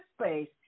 space